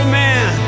man